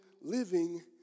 living